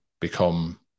become